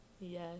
Yes